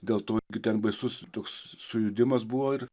dėl to ten baisus toks sujudimas buvo ir